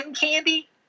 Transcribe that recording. candy